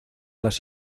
las